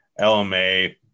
LMA